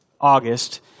August